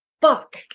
fuck